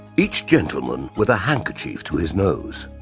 each gentleman with a handkerchief to his nose.